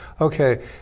okay